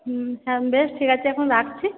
হুম হ্যাঁ বেশ ঠিক আছে এখন রাখছি